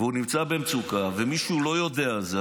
והוא נמצא במצוקה ומישהו לא יודע על זה,